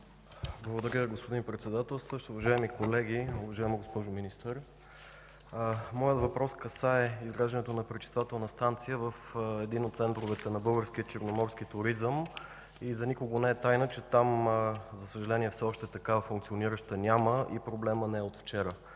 Благодаря, господин председателстващ. Уважаеми колеги, уважаема госпожо Министър! Моят въпрос касае изграждането на пречиствателна станция в един от центровете на българския черноморски туризъм. За никого не е тайна, че такава функционираща там все още няма и проблемът не е от вчера,